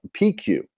PQ